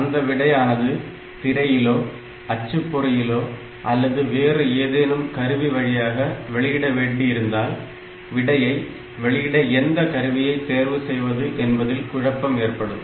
அந்த விடையானது திரையிலோ அச்சுப்பொறியிலோ அல்லது வேறு ஏதேனும் கருவி வழியாக வெளியிட வேண்டியிருந்தால் விடையை வெளியிட எந்த கருவியை தேர்வு செய்வது என்பதில் குழப்பம் ஏற்படும்